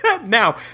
Now